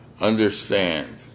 understand